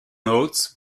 notes